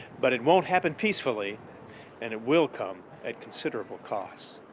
but it won't happen peacefully and it will come at considerable cost.